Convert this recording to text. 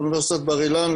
אוניברסיטת בר-אילן,